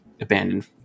abandoned